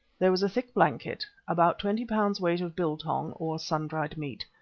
there was a thick blanket, about twenty pounds weight of biltong or sun-dried meat,